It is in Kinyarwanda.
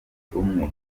umwe